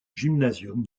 gymnasium